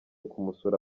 kumusura